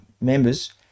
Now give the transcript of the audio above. members